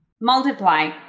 Multiply